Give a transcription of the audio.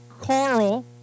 Carl